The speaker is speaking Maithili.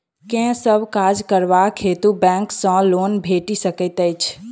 केँ सब काज करबाक हेतु बैंक सँ लोन भेटि सकैत अछि?